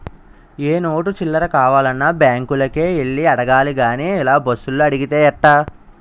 ఏ note చిల్లర కావాలన్నా బాంకులకే యెల్లి అడగాలి గానీ ఇలా బస్సులో అడిగితే ఎట్టా